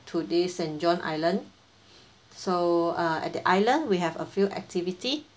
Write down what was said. to this saint john island so uh at the island we have a few activity